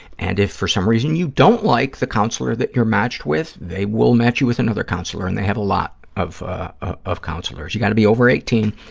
and if, for some reason, you don't like the counselor that you're matched with, they will match you with another counselor, and they have a lot of ah of counselors. you've got to be over eighteen,